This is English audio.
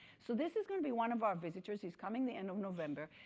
so this is going to be one of our visitors. he's coming the end of november.